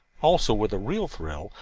also, with a real thrill,